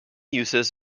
uses